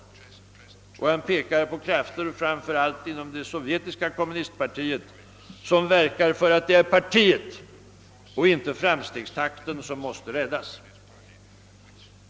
Beedham pekar på krafter inom framför allt det sovjetiska kommunistpartiet som verkar för att det är partiet och inte framstegstakten som måste räddas.